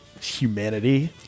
humanity